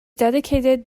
dedicated